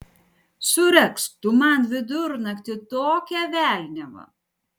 suregzk tu man vidurnaktį tokią velniavą